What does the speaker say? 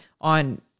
on